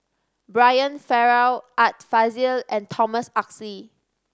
Brian Farrell Art Fazil and Thomas Oxley